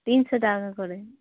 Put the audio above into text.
তিনশো টাকা করে